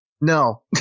no